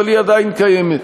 אבל היא עדיין קיימת.